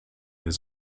his